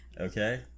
Okay